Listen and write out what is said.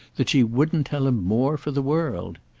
that she wouldn't tell him more for the world.